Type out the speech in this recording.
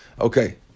Okay